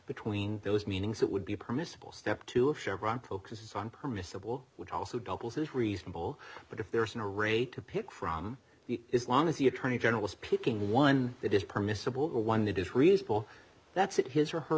between those meanings that would be permissible step two of chevron focus on permissible which also doubles as reasonable but if there isn't a raid to pick from the is long as the attorney general is picking one that is permissible or one that is reasonable that's it his or her